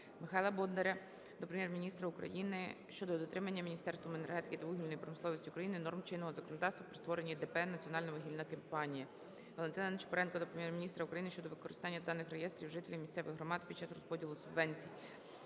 Михайла Бондаря до Прем'єр-міністра України щодо дотримання Міністерством енергетики та вугільної промисловості України норм чинного законодавства при створенні ДП "Національна вугільна компанія". Валентина Ничипоренка до Прем'єр-міністра України щодо використання даних реєстрів жителів місцевих громад під час розподілу субвенцій.